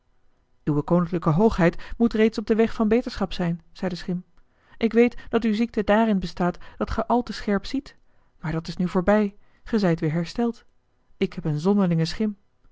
uwe koninklijke hoogheid moet reeds op den weg van beterschap zijn zei de schim ik weet dat uw ziekte daarin bestaat dat ge al te scherp ziet maar dat is nu voorbij ge zijt weer hersteld ik heb een zonderlingen schim